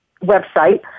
website